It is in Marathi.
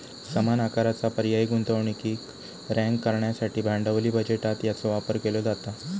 समान आकाराचा पर्यायी गुंतवणुकीक रँक करण्यासाठी भांडवली बजेटात याचो वापर केलो जाता